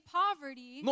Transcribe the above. poverty